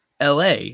LA